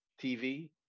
TV